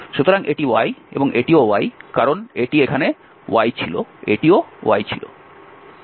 সুতরাং এটি y এবং এটিও y কারণ এটি এখানে y ছিল এটিও y ছিল